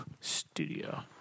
Studio